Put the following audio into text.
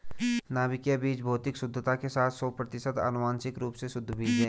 नाभिकीय बीज भौतिक शुद्धता के साथ सौ प्रतिशत आनुवंशिक रूप से शुद्ध बीज है